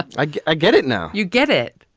i ah get it now. you get it.